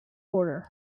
order